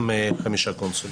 כשבעה-שמונה חודשים.